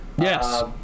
Yes